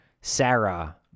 Sarah